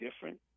different